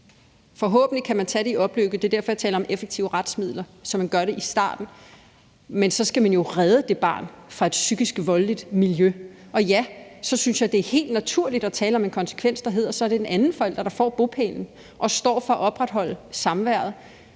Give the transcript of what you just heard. forhåbentlig kan man tage det i opløbet, det er derfor, jeg taler om effektive retsmidler, så man gør det i starten – så skal man jo redde det barn fra et psykisk voldeligt miljø, og ja, så synes jeg, det er helt naturligt at tale om en konsekvens, der hedder, at så er det den anden forælder, der får bopælsretten og står for at opretholde samværet.